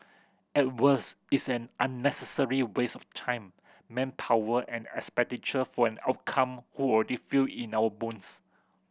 at worse is an unnecessary waste of time manpower and expenditure for an outcome who already feel in our bones